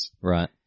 Right